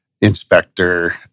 inspector